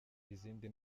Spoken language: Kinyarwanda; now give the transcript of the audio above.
izindi